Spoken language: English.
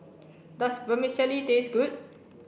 does Vermicelli taste good